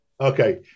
okay